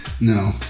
No